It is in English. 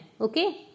Okay